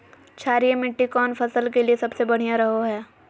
क्षारीय मिट्टी कौन फसल के लिए सबसे बढ़िया रहो हय?